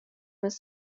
was